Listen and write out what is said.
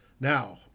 Now